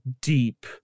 deep